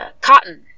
cotton